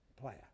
player